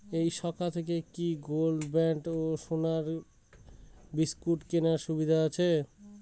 এই শাখা থেকে কি গোল্ডবন্ড বা সোনার বিসকুট কেনার সুযোগ আছে?